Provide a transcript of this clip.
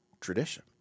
tradition